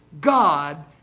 God